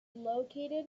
located